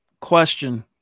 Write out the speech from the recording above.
Question